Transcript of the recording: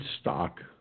stock